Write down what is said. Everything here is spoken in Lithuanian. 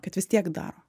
kad vis tiek daro